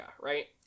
right